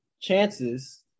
chances